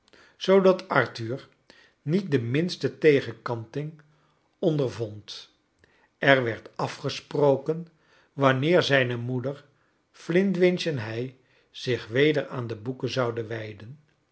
zoodat arthur niet de minste tegenkanfcing ondervond er werd afgesproken wanneer zijne moeder flintwinch en hij zich weder aan de boeken zouden wijden